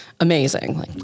amazing